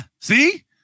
see